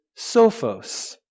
sophos